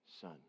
son